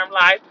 life